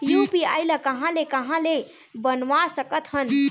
UPI ल कहां ले कहां ले बनवा सकत हन?